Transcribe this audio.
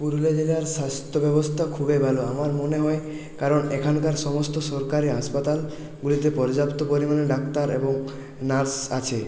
পুরুলিয়া জেলার স্বাস্থ্য ব্যবস্থা খুবই ভালো আমার মনে হয় কারণ এখানকার সমস্ত সরকারি হাসপাতাল গুলিতে পর্যাপ্ত পরিমাণে ডাক্তার এবং নার্স আছে